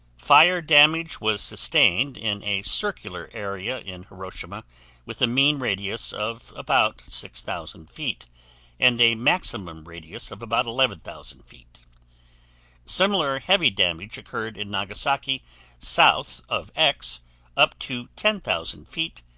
fire damage was sustained in a circular area in hiroshima with a mean radius of about six thousand feet and a maximum radius of about eleven thousand feet similar heavy damage occured in nagasaki south of x up to ten thousand feet,